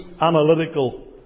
analytical